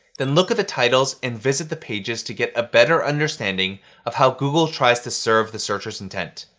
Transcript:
then look at the titles and visit the pages to get a better understanding of how google tries to serve the searcher's intent.